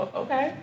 okay